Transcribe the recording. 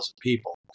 people